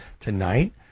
tonight